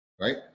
right